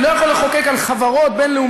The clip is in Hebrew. אני לא יכול לחוקק על חברות בין-לאומיות.